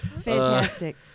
Fantastic